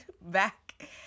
back